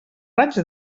raig